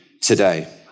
today